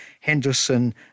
Henderson